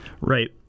Right